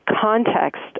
context